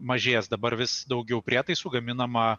mažės dabar vis daugiau prietaisų gaminama